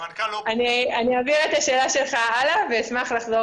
אני אעביר את השאלה שלך הלאה ואשמח לחזור